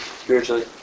spiritually